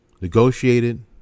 negotiated